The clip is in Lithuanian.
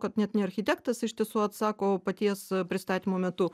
kad net ne architektas ištiesų atsako paties pristatymo metu